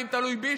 ואם זה תלוי בי,